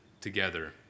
together